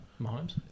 Mahomes